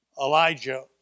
Elijah